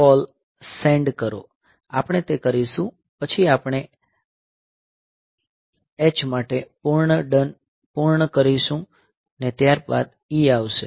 ACALL send કરો આપણે તે કરીશું પછી અને આપણે H માટે પૂર્ણ કરીશું ને ત્યારબાદ E આવશે